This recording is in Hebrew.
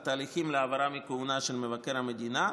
על תהליכים להעברה מכהונה של מבקר המדינה,